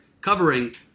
covering